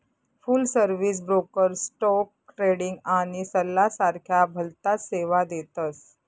फुल service broker stock trading आणि सल्ला सारख्या भलताच सेवा देतस